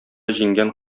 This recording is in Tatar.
җиңгән